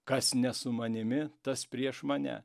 kas ne su manimi tas prieš mane